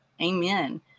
Amen